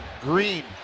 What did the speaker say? Green